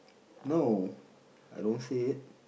no I don't see it